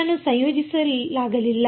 ಅನ್ನು ಸಂಯೋಜಿಸಲಾಗಲಿಲ್ಲ